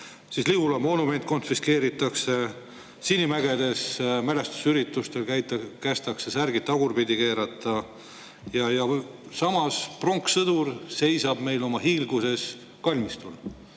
Lihula monument konfiskeeritakse, Sinimägedes mälestusüritusel kästakse särgid tagurpidi keerata, aga samas pronkssõdur seisab oma hiilguses kalmistul.